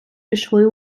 пішли